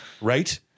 right